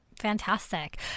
Fantastic